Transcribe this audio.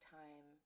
time